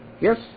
Yes